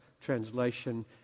translation